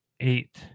eight